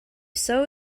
sow